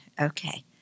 okay